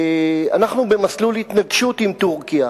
אנחנו במסלול התנגשות עם טורקיה,